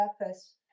purpose